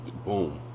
Boom